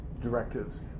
directives